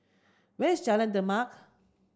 where's Jalan Demak